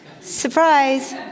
Surprise